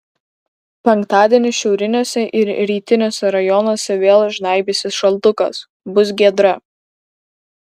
penktadienį šiauriniuose ir rytiniuose rajonuose vėl žnaibysis šaltukas bus giedra